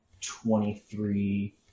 Twenty-three